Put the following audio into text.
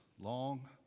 long